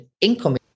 income